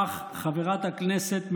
אך חברת הכנסת מלינובסקי,